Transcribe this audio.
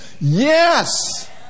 Yes